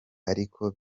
ariko